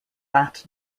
vat